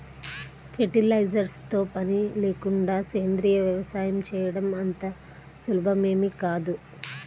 fertilisers తో పని లేకుండా సేంద్రీయ వ్యవసాయం చేయడం అంత సులభమేమీ కాదు